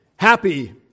Happy